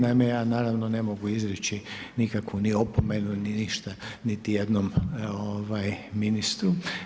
Naime ja naravno ne mogu izreći nikakvu ni opomenu ni ništa, niti jednom ministru.